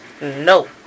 no